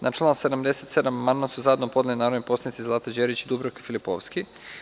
Na član 77. amandman su zajedno podneli narodni poslanici Zlata Đerić i Dubravka Filipovski.